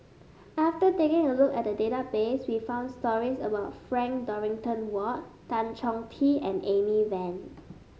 after taking a look at the database we found stories about Frank Dorrington Ward Tan Chong Tee and Amy Van